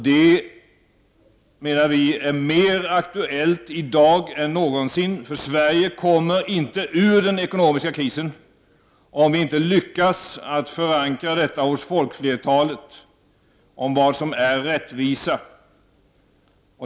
Det menar vi är mer aktuellt i dag än någonsin, eftersom vi i Sverige inte kommer ur den ekonomiska krisen om vi inte hos folkflertalet lyckas förankra vad som är rättvisa.